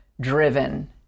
driven